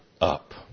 up